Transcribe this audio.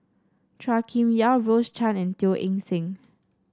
Chua Kim Yeow Rose Chan and Teo Eng Seng